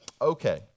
Okay